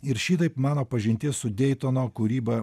ir šitaip mano pažintis su deitono kūryba